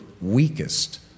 weakest